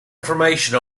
information